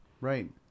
Right